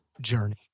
journey